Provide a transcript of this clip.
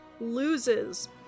loses